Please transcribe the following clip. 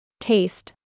Taste